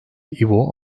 i̇vo